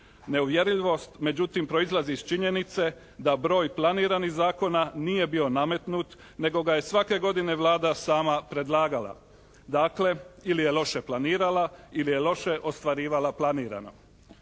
Neuvjerljivost međutim proizlazi iz činjenice da broj planiranih zakona nije bio nametnut nego ga je svake godine Vlada sama predlagala. Dakle ili je loše planirala ili je loše ostvarivala planirano.